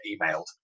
emailed